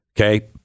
Okay